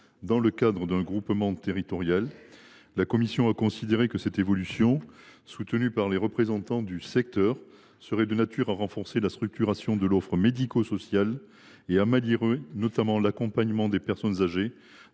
dans le cadre d’un groupement territorial. La commission a considéré que cette évolution, soutenue par les représentants du secteur, serait de nature à renforcer la structuration de l’offre médico sociale et à améliorer notamment l’accompagnement des personnes âgées